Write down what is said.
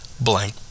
blank